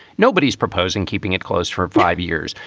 nobody's proposing keeping it closed for five years.